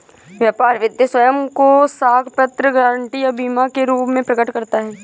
व्यापार वित्त स्वयं को साख पत्र, गारंटी या बीमा के रूप में प्रकट करता है